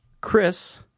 Chris